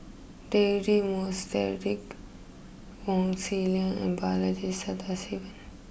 Deirdre Moss Derek Wong Zi Liang and Balaji Sadasivan